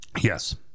yes